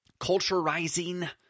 culturizing